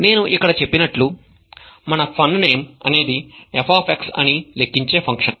నేను ఇక్కడ చెప్పినట్లు మన funName అనేది f అని లెక్కించే ఫంక్షన్